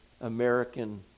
American